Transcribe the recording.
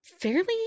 fairly